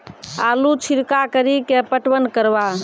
आलू छिरका कड़ी के पटवन करवा?